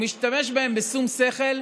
הוא משתמש בה בשום שכל.